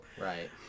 Right